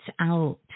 out